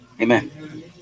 amen